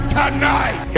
tonight